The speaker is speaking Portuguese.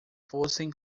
fossem